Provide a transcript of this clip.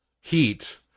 Heat